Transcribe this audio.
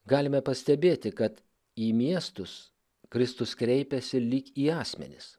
galime pastebėti kad į miestus kristus kreipėsi lyg į asmenis